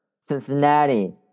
Cincinnati